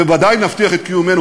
וודאי נבטיח את קיומנו,